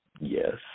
yes